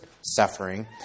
suffering